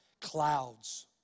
Clouds